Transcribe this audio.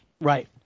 Right